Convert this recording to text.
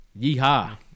Yeehaw